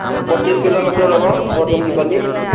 ପଚିଶ କିଲୋମିଟର ହବ ବଡ଼ ଡୁଙ୍ଗ୍ରିପାଲୀ